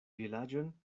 vilaĝon